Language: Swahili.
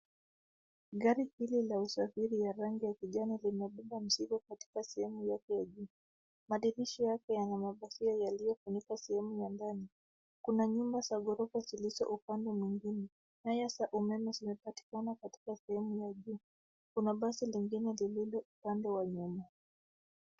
Gari hiki la usafiri la rangi ya kijani limebeba mzigo katika sehemu yake ya juu. Madirisha yake yana mapazia yaliyofunika sehemu ya ndani. Kuna nyumba za ghorofa zilizo upande mwingine. Nyaya za umeme zinapatikana katika sehemu ya juu. Kuna basi lingine lilio upande wa nyuma.